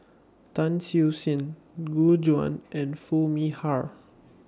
Tan Siew Sin Gu Juan and Foo Mee Har